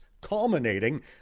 culminating